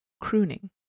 Crooning